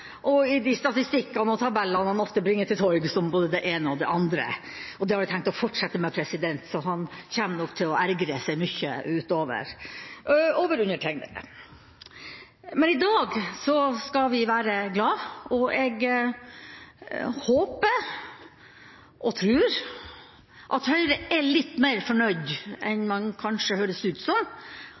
og i de statistikkene og tabellene han ofte bringer til torgs om både det ene og det andre. Det har jeg tenkt å fortsette med, så han kommer nok til å ergre seg mye utover over undertegnede. Men i dag skal vi være glade, og jeg håper og tror at Høyre er litt mer fornøyd enn man kanskje høres ut